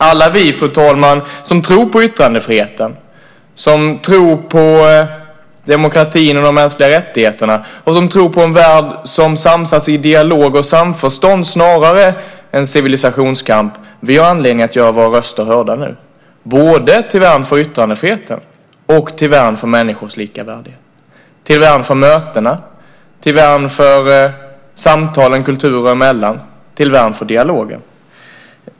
Alla vi, fru talman, som tror på yttrandefriheten, som tror på demokratin och de mänskliga rättigheterna och som tror på en värld som samsas i dialog och samförstånd snarare än civilisationskamp, vi har anledning att göra våra röster hörda nu - både till värn för yttrandefriheten, till värn för människors lika värde, till värn för möten, till värn för samtal kulturer emellan och till värn för dialoger.